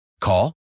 Call